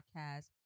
podcast